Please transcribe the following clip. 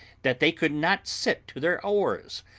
that they could not sit to their oars,